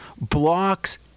blocks